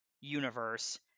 universe